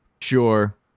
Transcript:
Sure